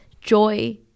joy